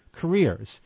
careers